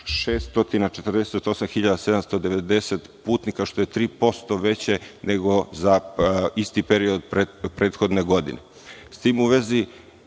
4.648.790 putnika, što je 3% veće nego za isti period prethodne godine.S